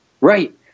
Right